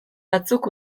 batzuk